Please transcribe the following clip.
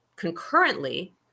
concurrently